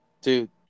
Dude